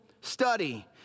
study